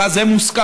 ואמרה: זה מוסכם,